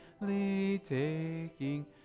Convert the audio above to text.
taking